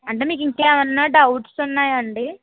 అంటే మీకు ఇంకేమైనా డౌట్స్ ఉన్నాయా అండీ